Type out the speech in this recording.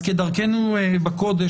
כדרכנו בקודש,